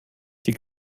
die